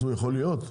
אז הוא יכול להיות?